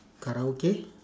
karaoke